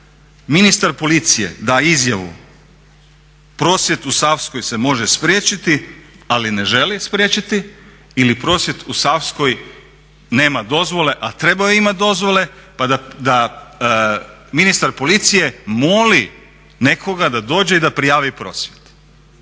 ministar policije da izjavu prosvjed u Savskoj se može spriječiti ali ne žele spriječiti, ili prosvjed u Savskoj nema dozvole a trebao bi imati dozvolu, pa da ministar policije moli nekoga da dođe i da prijavi prosvjed.